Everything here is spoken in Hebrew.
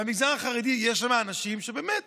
במגזר החרדי יש אנשים שבאמת